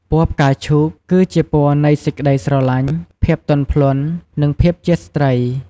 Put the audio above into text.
ពណ៌ផ្កាឈូក គឺជាពណ៌នៃ សេចក្ដីស្រឡាញ់ ភាពទន់ភ្លន់ និង ភាពជាស្ត្រី។